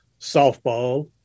softball